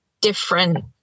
different